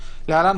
(להלן,